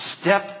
step